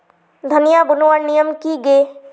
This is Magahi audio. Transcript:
धनिया बूनवार नियम की गे?